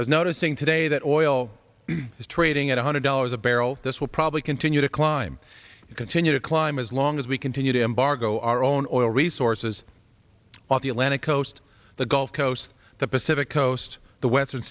as noticing today that oil is trading at one hundred dollars a barrel this will probably continue to climb continue to climb as long as we continue to embargo our own oil resources on the atlantic coast the gulf coast the pacific coast the western